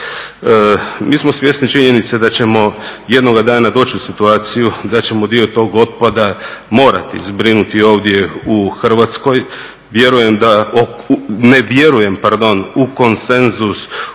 Mi smo svjesni činjenice da ćemo jednoga dana doći u situaciju da ćemo dio tog otpada morati zbrinuti ovdje u Hrvatskoj. Ne vjerujem u konsenzus